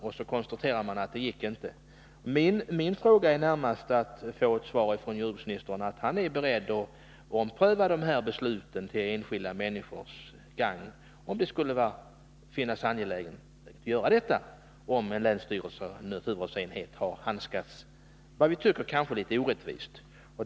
Min fråga gäller alltså om jag kan få ett besked från jordbruksministern att han är beredd att till enskilda människors gagn ompröva beslut på detta område, om det skulle befinnas angeläget att göra detta i fall där en länsstyrelses naturvårdsenhet har handlagt ett ärende på ett orättvist sätt.